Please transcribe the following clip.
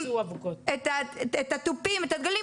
את הדגלים.